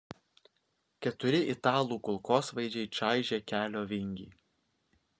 keturi italų kulkosvaidžiai čaižė kelio vingį